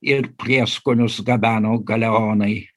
ir prieskonius gabeno galeonai